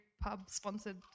pub-sponsored